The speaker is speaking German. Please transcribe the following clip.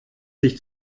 sich